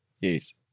Yes